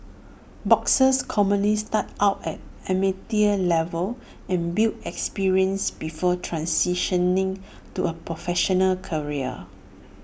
boxers commonly start out at amateur level and build experience before transitioning to A professional career